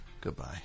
Goodbye